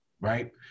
right